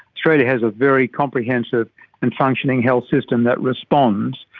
australia has a very comprehensive and functioning health system that responds.